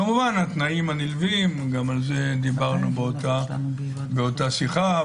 כמובן התנאים הנלווים גם על זה דיברנו באותה שיחה,